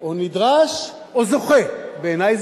או נדרש או זוכה בעיני,